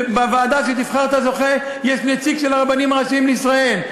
בוועדה שתבחר את הזוכה יש נציג של הרבנים הראשיים לישראל.